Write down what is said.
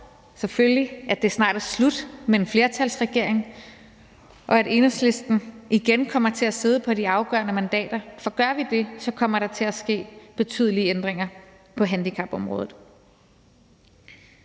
selvfølgelig, at det snart er slut med en flertalsregering, og at Enhedslisten igen kommer til at sidde på de afgørende mandater. For gør vi det, kommer der til at ske betydelige ændringer på handicapområdet.